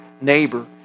neighbor